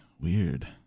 weird